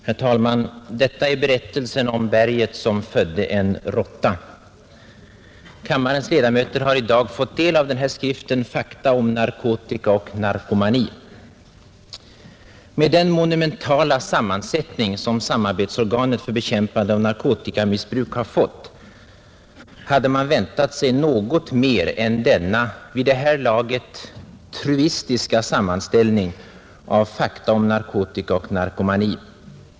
Herr talman! Detta är berättelsen om berget som födde en råtta. Kammarens ledamöter har i dag fått del av skriften Fakta om narkotika och narkomani. Med den monumentala sammansättning som samarbetsorganet för bekämpande av narkotikamissbruk har fått hade man väntat sig något mer än denna vid det här laget närmast truistiska sammanställning av fakta om narkotika och narkomani.